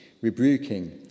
rebuking